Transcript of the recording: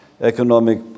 economic